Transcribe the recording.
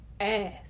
ass